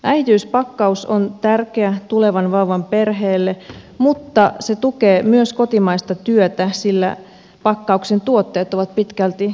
äitiyspakkaus on tärkeä tulevan vauvan perheelle mutta se tukee myös kotimaista työtä sillä pakkauksen tuotteet ovat pitkälti kotimaisia